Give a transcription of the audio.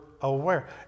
aware